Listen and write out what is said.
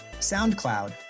SoundCloud